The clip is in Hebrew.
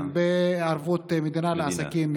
כן, הלוואות בערבות מדינה לעסקים קטנים.